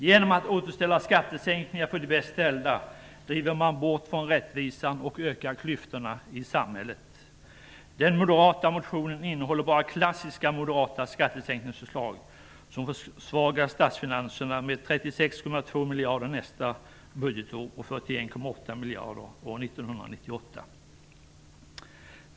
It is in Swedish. Genom att återställa skattesänkningar för de bäst ställda driver man bort från rättvisan och ökar klyftorna i samhället. Den moderata motionen innehåller bara klassiska moderata skattesänkningsförslag som försvagar statsfinanserna med 36,2 miljarder nästa budgetår och 41,8 miljarder år 1998.